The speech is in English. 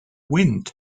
wind